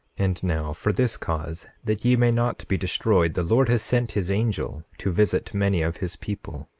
and now for this cause, that ye may not be destroyed, the lord has sent his angel to visit many of his people,